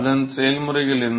அதன் செயல்முறைகள் என்ன